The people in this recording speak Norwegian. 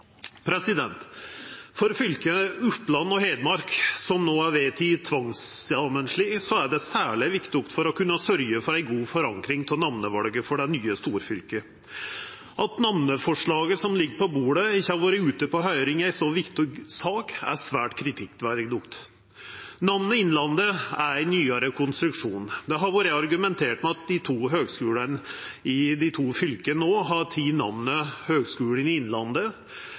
For fylka Oppland og Hedmark – som no er vedteke skal slåast saman med tvang – er det særleg viktig for å kunna sørgja for ei god forankring av namnevalet for det nye storfylket. At namneforslaget som ligg på bordet i ei så viktig sak, ikkje har vore ute på høyring, er svært kritikkverdig. Namnet Innlandet er ein nyare konstruksjon. Det har vore argumentert med at dei to høgskulane i dei to fylka no har teke namnet Høgskolen i Innlandet,